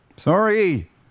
Sorry